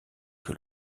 que